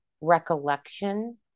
recollection